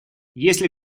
если